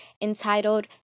entitled